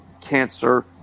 cancer